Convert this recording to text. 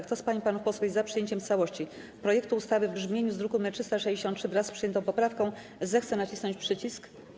Kto z pań i panów posłów jest za przyjęciem w całości projektu ustawy w brzmieniu z druku nr 363, wraz z przyjętą poprawką, zechce nacisnąć przycisk.